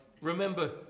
remember